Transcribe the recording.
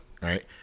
right